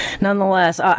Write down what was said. Nonetheless